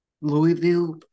Louisville